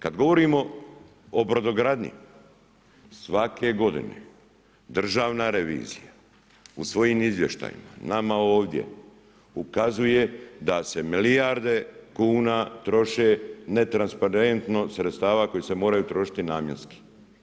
Kad govorimo o brodogradnji, svake godine državna revizija u svojim izvještajima nama ovdje ukazuje da se milijarde kuna troše netransparentno sredstva koja se moraju trošiti namjenski.